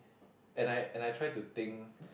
and I and I try to think